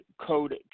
code